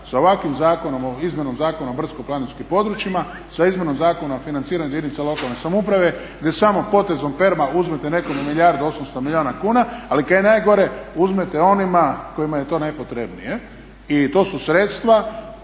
zakonom, Izmjenom zakona o brdsko-planinskih područja, sa Izmjenom zakona o financiranju jedinica lokalne samouprave gdje samo potezom pera uzmete nekome milijardu 800 milijuna kuna. Ali kaj je najgore, uzmete onima kojima je to najpotrebnije. I to su sredstva